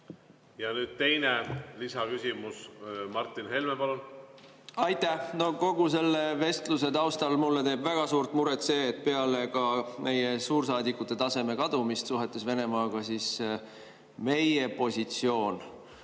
Ja nüüd teine lisaküsimus. Martin Helme, palun! Aitäh! Kogu selle vestluse taustal mulle teeb väga suurt muret see, et peale meie suursaadikutetaseme kadumist suhetes Venemaaga ka meie positsioon